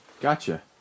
Gotcha